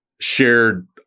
shared